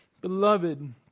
beloved